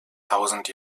tausend